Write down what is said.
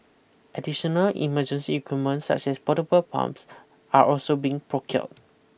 additional emergency equipment such as portable pumps are also being procured